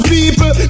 People